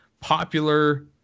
popular